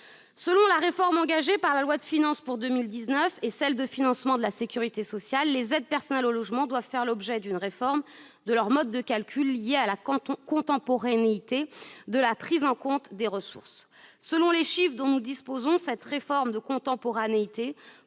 Selon la réforme engagée par la loi de finances pour 2019 et par la loi de financement de la sécurité sociale, les aides personnelles au logement doivent faire l'objet d'une réforme de leur mode de calcul liée à la contemporanéité de la prise en compte des ressources. D'après les chiffres dont nous disposons, cette réforme pourrait